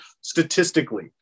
statistically